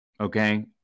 Okay